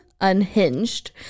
unhinged